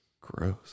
Gross